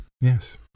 Yes